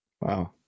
Wow